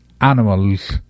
animals